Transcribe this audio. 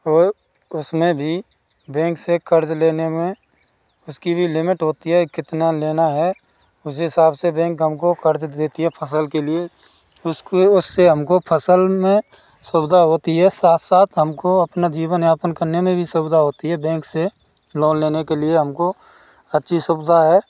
और उसमें भी बैंक से कर्ज लेने में उसकी भी लिमिट होती है एक कितना लेना है उस हिसाब से बैंक हमको कर्ज देती है फसल के लिए उसको उससे फसल में सुविधा होती है साथ साथ हमको अपना जीवन यापन करने में भी सुविधा होती है बैंक से लोन लेने के लिए हमको हर चीज सुविधा है